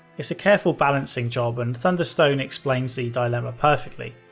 it's a careful balancing job and thunderstone explains the dilemma perfectly.